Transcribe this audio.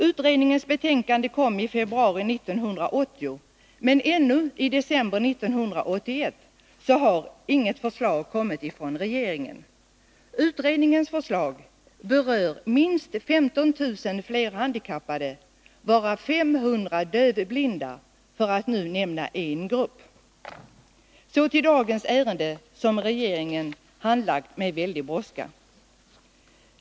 Utredningens betänkande kom i februari 1980, men ännu i december 1981 har inget förslag kommit från regeringen. Utredningens förslag berör minst 15 000 flerhandikappade, varav 500 dövblinda, för att nu nämna en grupp. Så till dagens ärende, som regeringen har handlagt med väldig brådska.